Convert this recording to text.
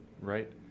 Right